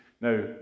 Now